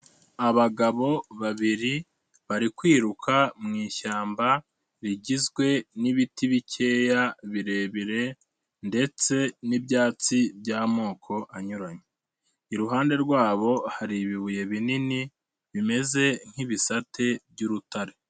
Abagabo babiri bari kwiruka mu ishyamba rigizwe n'ibiti bikeya birebire ndetse n'ibyatsi by'amoko anyuranye, iruhande rwabo hari ibibuye binini bimeze nk'ibisate by'urutare.